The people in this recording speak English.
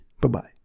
Bye-bye